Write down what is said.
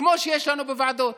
כמו שיש לנו בוועדות,